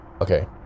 Okay